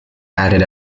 added